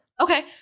okay